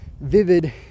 vivid